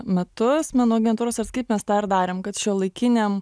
metus menų agentūros kaip mes tą ir darėm kad šiuolaikiniam